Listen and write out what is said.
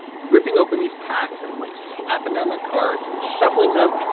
ripping open these packs and, like, slapping down their cards and shuffling them.